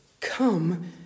Come